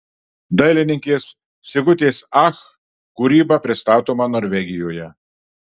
dailininkės sigutės ach kūryba pristatoma norvegijoje